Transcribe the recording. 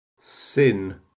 sin